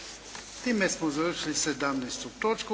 Time smo završili 17. točku.